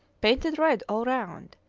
painted red all round,